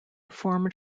formed